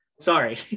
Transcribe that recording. Sorry